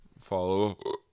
follow